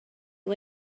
you